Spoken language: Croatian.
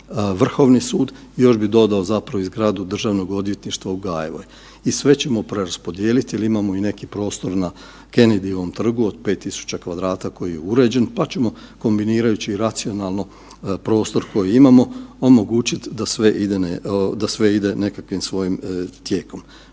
Vrhovni sud, još bih dodao zapravo i zgradu Državnog odvjetništva u Gajevoj i sve ćemo preraspodijeliti jer imamo i neki prostor na Kennedyevom trgu od 5 tisuća kvadrata koji je uređen pa ćemo kombinirajući racionalno prostor koji imamo, omogućiti da sve ide nekakvim svojim tijekom.